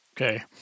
Okay